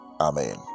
Amen